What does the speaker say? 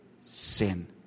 Sin